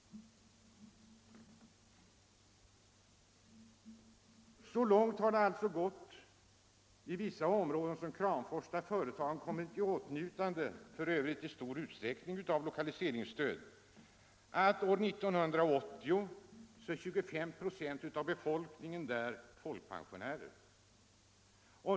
Så långt har det gått i vissa områden - som Kramfors, där företagen i stor utsträckning kommit i åtnjutande av lokaliseringsstöd — att år 1980 25 96 av befolkningen kommer att vara folkpensionärer.